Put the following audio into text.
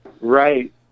Right